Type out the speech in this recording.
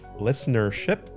listenership